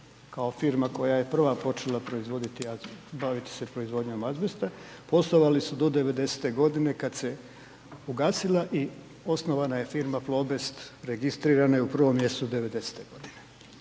kao firma koja je prva počela proizvoditi …, baviti se proizvodnjom azbesta, poslovali su do '90.-te godine kada se ugasila i osnovana je firma „Plobest“ i registrirana je u 1. mjesecu '90.-te godine.